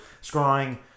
scrawling